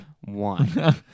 one